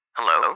Hello